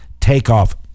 takeoff